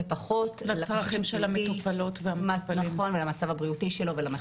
ופחות לצרכים של המטופל והמצב הבריאותי שלו.